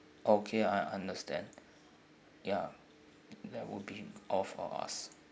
okay I understand ya that would be all for us